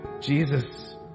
Jesus